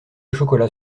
chocolat